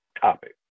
topic